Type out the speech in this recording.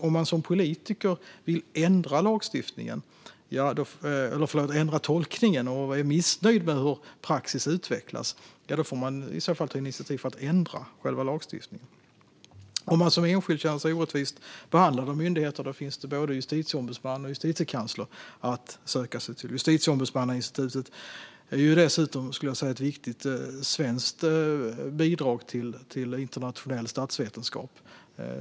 Om man som politiker vill ändra tolkningen och är missnöjd med hur praxis utvecklas får man ta initiativ till att ändra själva lagstiftningen. Om man som enskild känner sig orättvist behandlad av myndigheter finns både Justitieombudsmannen och Justitiekanslern att vända sig till. Justitieombudsmannainstitutet är dessutom ett viktigt svenskt bidrag till internationell statsvetenskap.